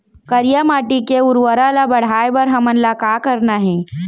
करिया माटी के उर्वरता ला बढ़ाए बर हमन ला का करना हे?